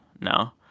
No